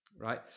right